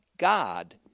God